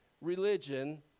religion